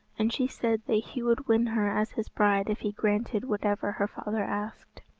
and she said that he would win her as his bride if he granted whatever her father asked.